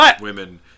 women